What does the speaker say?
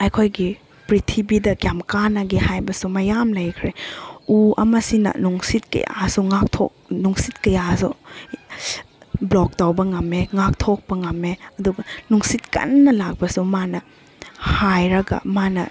ꯑꯩꯈꯣꯏꯒꯤ ꯄ꯭ꯔꯤꯊꯤꯕꯤꯗ ꯀꯌꯥꯝ ꯀꯥꯟꯅꯒꯦ ꯍꯥꯏꯕꯁꯨ ꯃꯌꯥꯝ ꯂꯩꯈ꯭ꯔꯦ ꯎ ꯑꯃꯁꯤꯅ ꯅꯨꯡꯁꯤꯠꯀꯤ ꯀꯌꯥꯁꯨ ꯉꯥꯛꯊꯣꯛ ꯅꯨꯡꯁꯤꯠ ꯀꯌꯥꯁꯨ ꯕ꯭ꯂꯣꯛ ꯇꯧꯕ ꯉꯝꯃꯦ ꯉꯥꯛꯊꯣꯛꯄ ꯉꯝꯃꯦ ꯑꯗꯨꯒ ꯅꯨꯡꯁꯤꯠ ꯀꯟꯅ ꯂꯥꯛꯄꯁꯨ ꯃꯥꯅ ꯍꯥꯏꯔꯒ ꯃꯥꯅ